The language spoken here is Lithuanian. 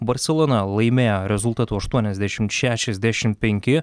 barselona laimėjo rezultatu aštuoniasdešimt šešiasdešimt penki